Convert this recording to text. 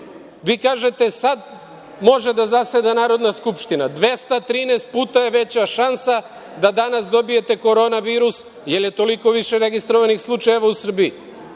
Vi kažete – sad može da zaseda Narodna skupština, a 213 puta je veća šansa da danas dobijete koronavirus, jer je toliko više registrovanih slučajeva u Srbiji